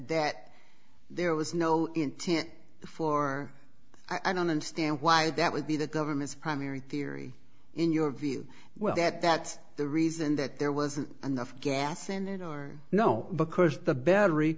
that there was no intent for i don't understand why that would be the government's primary theory in your view well that that's the reason that there wasn't enough gas in it or no because the battery